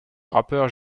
rappeur